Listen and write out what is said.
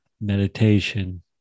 meditation